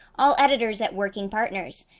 all editors at working partners.